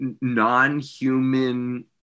non-human